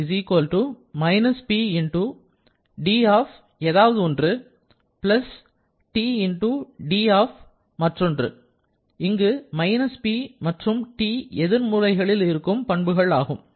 du - P × d ஏதாவது ஒன்று T × dமற்றொன்று இங்கு - P மற்றும் T எதிர் மூலைகளில் இருக்கும் பண்புகள் ஆகும்